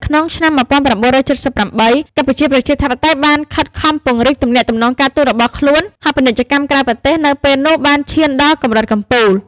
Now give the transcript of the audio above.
ក្នុងឆ្នាំ១៩៧៨ កម្ពុជាប្រជាធិបតេយ្យបានខិតខំពង្រីកទំនាក់ទំនងការទូតរបស់ខ្លួន ហើយពាណិជ្ជកម្មក្រៅប្រទេស នៅពេលនោះ បានឈានដល់កម្រិតកំពូល។